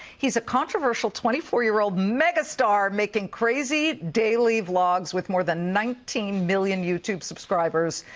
he's a controversial twenty four year old megastar making crazy daily vlogs with more than nineteen million youtube subscribers.